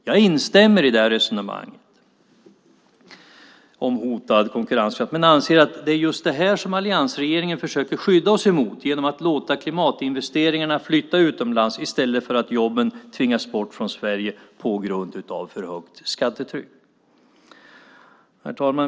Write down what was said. Jag instämmer i resonemanget om hotad konkurrens men anser att det är just det som alliansregeringen försöker skydda oss emot genom att låta klimatinvesteringarna flytta utomlands i stället för att jobben tvingas bort från Sverige på grund av för högt skattetryck. Herr talman!